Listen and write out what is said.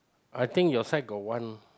I think your side got one